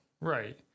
Right